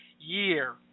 year